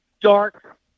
dark